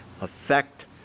affect